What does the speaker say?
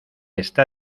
está